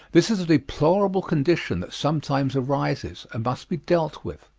this is a deplorable condition that sometimes arises and must be dealt with.